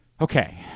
Okay